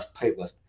playlist